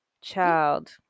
child